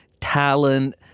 talent